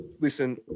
listen